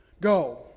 go